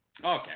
Okay